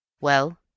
Well